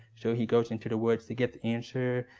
so he goes into the woods to get the answer,